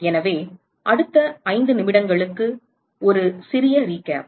எனவே அடுத்த ஐந்து நிமிடங்களுக்கு ஒரு சிறிய ரீகேப்